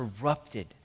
corrupted